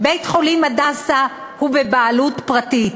בית-חולים "הדסה" הוא בבעלות פרטית.